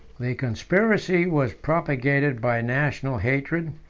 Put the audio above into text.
the conspiracy was propagated by national hatred,